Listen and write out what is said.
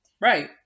Right